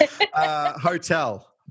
Hotel